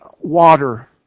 water